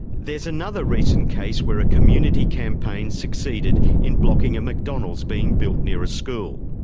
there's another recent case where a community campaign succeeded in blocking a mcdonald's being built near a school.